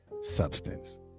substance